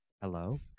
hello